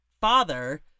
father